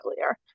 earlier